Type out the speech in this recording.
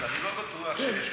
אז אני לא בטוח שיש כאן,